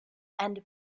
and